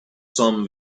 some